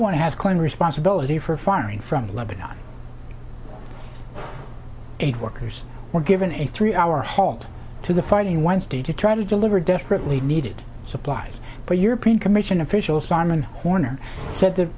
one has claimed responsibility for firing from lebanon aid workers were given a three hour halt to the fighting wednesday to try to deliver desperately needed supplies but european commission official simon horner said the